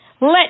Let